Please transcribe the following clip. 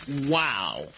Wow